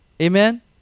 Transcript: amen